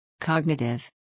Cognitive